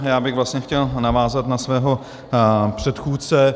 Já bych vlastně chtěl navázat na svého předchůdce.